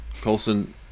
Colson